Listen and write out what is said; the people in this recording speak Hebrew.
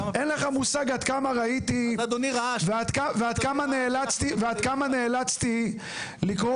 אין לך מושג עד כמה ראיתי ועד כמה נאלצתי לקרוא